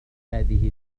هذه